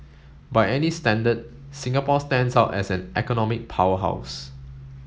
by any standard Singapore stands out as an economic powerhouse